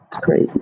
great